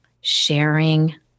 sharing